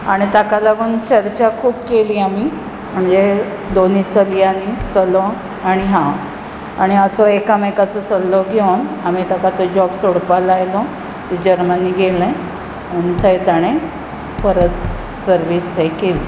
आनी ताका लागून चर्चा खूब केली आमी म्हणजे दोनी चली आनी चलो आनी हांव आनी असो एका मेकाचो सल्लो घेवन आमी ताका तो जोब सोडपाक लायलो तें जर्मनी गेलें आनी थंय ताणें परत सर्वीस हें केली